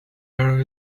out